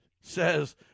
says